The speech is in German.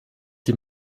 die